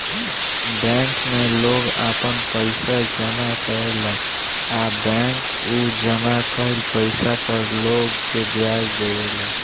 bank में लोग आपन पइसा जामा करेला आ बैंक उ जामा कईल पइसा पर लोग के ब्याज देवे ले